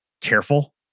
careful